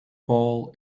ball